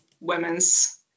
women's